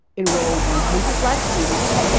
enroll one hundred black students,